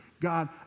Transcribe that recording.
God